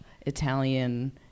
Italian